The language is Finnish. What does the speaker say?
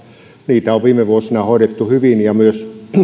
niitä on viime vuosina hoidettu hyvin myös